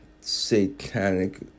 Satanic